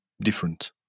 different